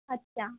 अच्छा